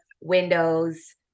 windows